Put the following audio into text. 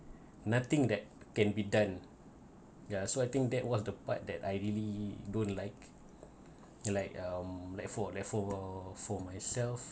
nothing that can be done ya so I think that was the part that I really don't like like um like for like for for myself